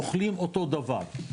אוכלים אותו דבר,